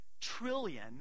trillion